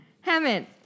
Hammond